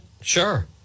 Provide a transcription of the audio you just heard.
Sure